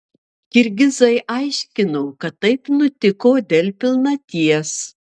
kirgizai aiškino kad taip nutiko dėl pilnaties